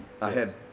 ahead